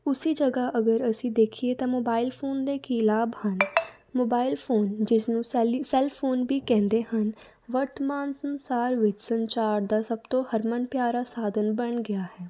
ਉਸੀ ਜਗ੍ਹਾ ਅਗਰ ਅਸੀਂ ਦੇਖੀਏ ਤਾਂ ਮੋਬਾਈਲ ਫੋਨ ਦੇ ਕੀ ਲਾਭ ਹਨ ਮੋਬਾਇਲ ਫੋਨ ਜਿਸ ਨੂੰ ਸੈਲੀ ਸੈੱਲ ਫੋਨ ਵੀ ਕਹਿੰਦੇ ਹਨ ਵਰਤਮਾਨ ਸੰਸਾਰ ਵਿੱਚ ਸੰਚਾਰ ਦਾ ਸਭ ਤੋਂ ਹਰਮਨ ਪਿਆਰਾ ਸਾਧਨ ਬਣ ਗਿਆ ਹੈ